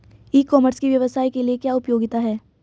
E commerce की व्यवसाय के लिए क्या उपयोगिता है?